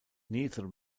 neither